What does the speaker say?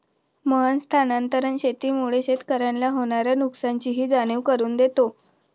मोहन स्थानांतरण शेतीमुळे शेतकऱ्याला होणार्या नुकसानीची जाणीव करून देतो